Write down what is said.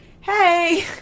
hey